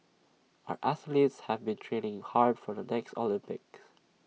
our athletes have been training hard for the next Olympics